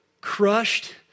Crushed